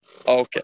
Okay